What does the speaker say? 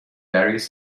various